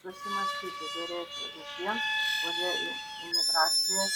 susimąstyti derėtų ir tiems kurie į imigraciją